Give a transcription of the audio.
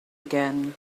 again